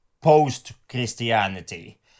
post-Christianity